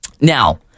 Now